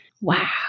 wow